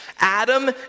Adam